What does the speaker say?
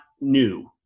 new